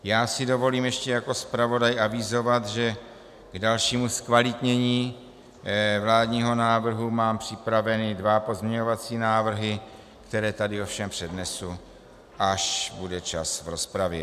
Já si dovolím ještě jako zpravodaj avizovat, že k dalšímu zkvalitnění vládního návrhu mám připravené dva pozměňovací návrhy, které tady ovšem přednesu, až bude čas v rozpravě.